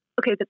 okay